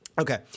Okay